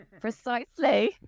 precisely